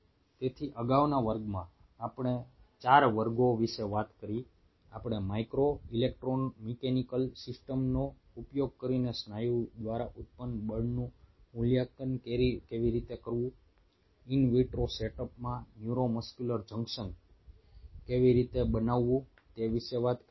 તેથી અગાઉના વર્ગમાં આપણે 4 વર્ગો વિશે વાત કરી આપણે માઇક્રો ઇલેક્ટ્રોમિકેનિકલ સિસ્ટમ્સનો ઉપયોગ કરીને સ્નાયુ દ્વારા ઉત્પન્ન બળનું મૂલ્યાંકન કેવી રીતે કરવું ઇન વિટ્રો સેટઅપમાં ન્યુરોમસ્ક્યુલર જંકશન કેવી રીતે બનાવવું તે વિશે વાત કરી